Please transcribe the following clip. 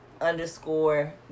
underscore